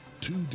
Two